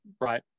Right